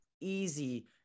easy